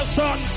son